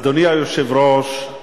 אדוני היושב-ראש,